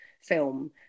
film